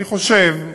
אני חושב,